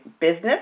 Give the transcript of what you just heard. business